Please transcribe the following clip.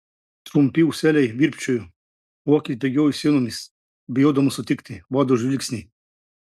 trumpi ūseliai virpčiojo o akys bėgiojo sienomis bijodamos sutikti vado žvilgsnį